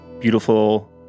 beautiful